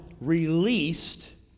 released